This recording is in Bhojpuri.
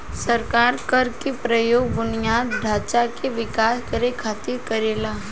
सरकार कर के प्रयोग बुनियादी ढांचा के विकास करे खातिर करेला